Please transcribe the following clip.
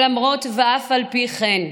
ולמרות, ואף על פי כן,